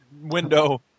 window